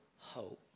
hope